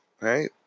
right